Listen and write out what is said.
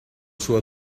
sua